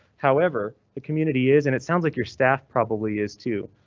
however, the community is, and it sounds like your staff probably is too.